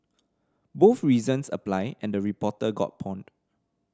both reasons apply and the reporter got pawned